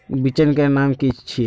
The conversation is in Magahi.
बिचन के नाम की छिये?